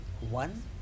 One